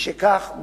משכך,